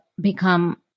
become